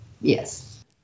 Yes